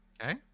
Okay